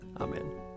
Amen